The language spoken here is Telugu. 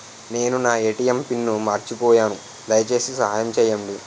నేను నా ఎ.టి.ఎం పిన్ను మర్చిపోయాను, దయచేసి సహాయం చేయండి